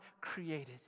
created